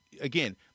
again